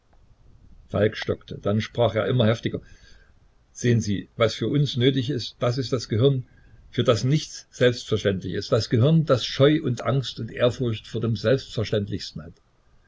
falk stockte dann sprach er immer heftiger sehen sie was uns nötig ist das ist das gehirn für das nichts selbstverständlich ist das gehirn das scheu und angst und ehrfurcht vor dem selbstverständlichsten hat